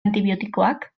antibiotikoak